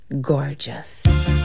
gorgeous